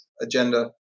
agenda